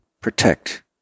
protect